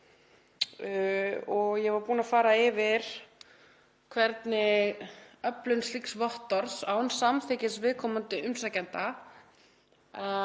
Ég var búin að fara yfir hvernig öflun slíks vottorðs án samþykkis viðkomandi umsækjanda